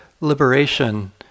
liberation